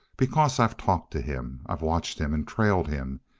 because i've talked to him. i've watched him and trailed him.